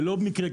ולא במקרה,